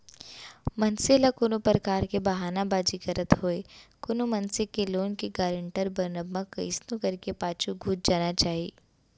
मनसे ल कोनो परकार के बहाना बाजी करत होय कोनो मनसे के लोन के गारेंटर बनब म कइसनो करके पाछू घुंच जाना चाही